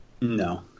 No